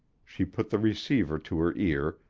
she put the receiver to her ear,